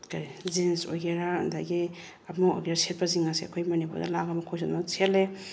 ꯀꯔꯤ ꯖꯤꯟꯁ ꯑꯣꯏꯒꯦꯔ ꯑꯗꯒꯤ ꯑꯃ ꯑꯣꯏꯒꯦꯔ ꯁꯦꯠꯄꯁꯤꯡ ꯑꯁꯦ ꯑꯩꯈꯣꯏ ꯃꯅꯤꯄꯨꯔꯗ ꯂꯥꯛꯂꯒ ꯃꯈꯣꯏꯁꯨ ꯑꯗꯨꯝ ꯁꯦꯠꯂꯦ